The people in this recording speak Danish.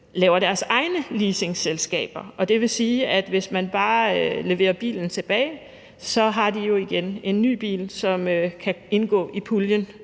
laver deres egne leasingselskaber. Og det vil sige, at hvis man bare leverer bilen tilbage, så har de jo igen en ny bil, som kan indgå i puljen